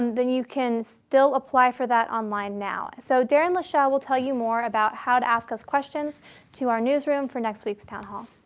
um then you can still apply for that online now. so darren lashelle will tell you more about how to ask us questions to our newsroom for next week's town hall.